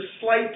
slight